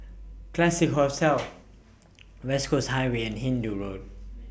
Classique Hotel West Coast Highway and Hindoo Road